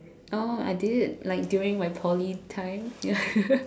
oh I did it like during my Poly time ya